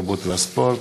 התרבות והספורט.